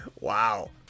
Wow